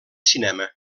cinema